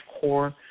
core